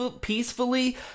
peacefully